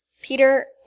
Peter